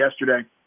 yesterday